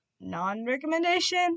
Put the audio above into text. non-recommendation